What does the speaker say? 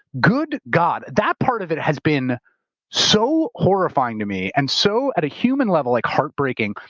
good god. that part of it has been so horrifying to me, and so, at a human level, like heartbreaking,